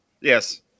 Yes